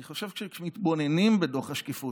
אני חושב שכשמתבוננים בדוח השקיפות